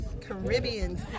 Caribbean